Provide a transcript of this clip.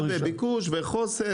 היצע וביקוש וחוסר,